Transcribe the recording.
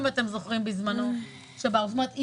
זאת אומרת,